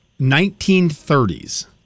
1930s